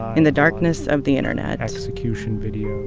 in the darkness of the internet. execution video.